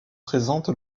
présente